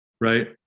right